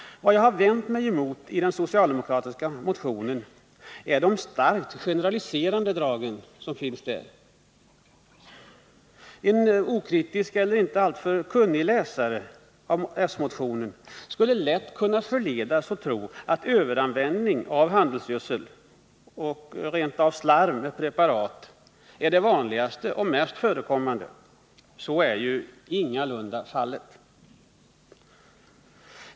Vad jag har vänt mig emot i den socialdemokratiska motionen är de starkt generaliserande dragen. En okritisk eller inte alltför kunnig läsare av motionen skulle lätt kunna förledas att tro att överanvändning av handelsgödsel och rent av slarv med preparat är det vanligaste och mest förekommande. Så är ju ingalunda fallet.